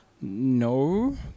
No